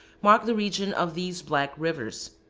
mark the region of these black rivers.